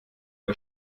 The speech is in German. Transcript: der